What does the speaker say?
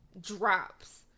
drops